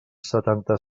setanta